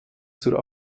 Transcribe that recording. zur